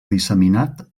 disseminat